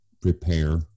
prepare